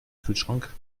kühlschrank